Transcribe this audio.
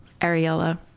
Ariella